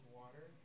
water